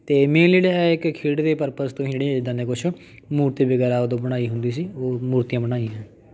ਅਤੇ main lead ਹੈ ਕਿ ਖੇਡ ਦੇ ਪਰਪਸ ਤੋਂ ਹੀ ਜਿਹੜੀਆਂ ਇੱਦਾਂ ਦੇ ਕੁਛ ਮੂਰਤੀ ਵਗੈਰਾ ਉੱਦੋਂ ਬਣਾਈ ਹੁੰਦੀ ਸੀ ਉਹ ਮੂਰਤੀਆਂ ਬਣਾਈਆਂ